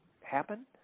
happen